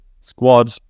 squad